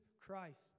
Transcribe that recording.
Christ